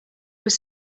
was